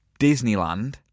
Disneyland